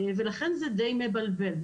ולכן זה די מבלבל.